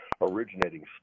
originating